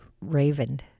raven